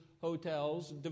hotels